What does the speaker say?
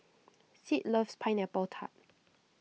Sid loves Pineapple Tart